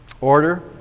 order